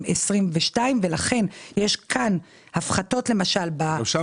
2022. לכן יש כאן הפחתות למשל --- שם